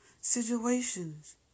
situations